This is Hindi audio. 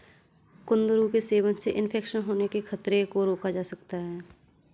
कुंदरू के सेवन से इन्फेक्शन होने के खतरे को रोका जा सकता है